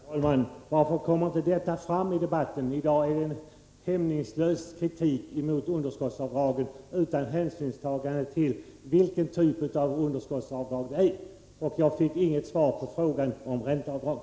Herr talman! Varför kommer inte detta fram i debatten? I dag för man fram en hämningslös kritik av underskottsavdragen — utan hänsynstagande till vilken typ av underskottsavdrag det gäller. Jag fick inget svar på frågan om Adelsohns skrivelse om ränteavdrag.